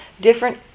different